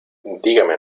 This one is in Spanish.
dígame